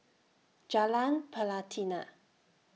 Jalan Pelatina